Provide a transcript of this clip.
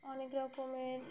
অনেক রকমের